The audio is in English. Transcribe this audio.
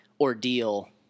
ordeal